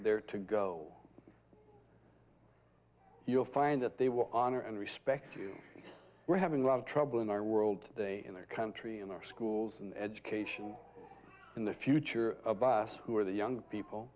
they're to go you'll find that they will honor and respect you we're having a lot of trouble in our world today in our country in our schools in education in the future about us who are the young people